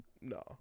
No